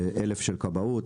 1,000 של כבאות,